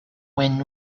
when